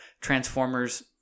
Transformers